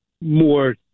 more